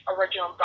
original